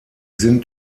sind